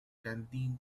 canteen